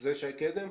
זה אני.